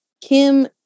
Kim